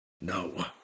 No